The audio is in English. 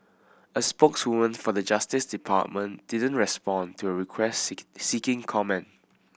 a spokeswoman for the Justice Department didn't respond to a request seek seeking comment